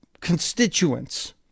constituents